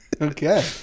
Okay